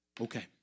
okay